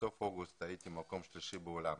ובסוף אוגוסט הייתי במקום שלישי בעולם.